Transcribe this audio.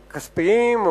כספיים,